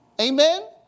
amen